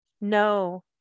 no